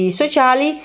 sociali